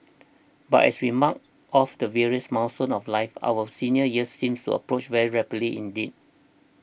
but as we mark off the various milestones of life our senior years seems to approach very rapidly indeed